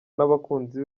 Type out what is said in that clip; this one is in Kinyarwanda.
n’abakunzi